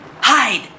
Hide